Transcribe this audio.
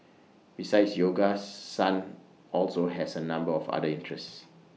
besides yoga sun also has A number of other interests